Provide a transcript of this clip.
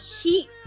heat